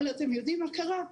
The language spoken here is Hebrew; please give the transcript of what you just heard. אבל אתם יודעים מה קרה?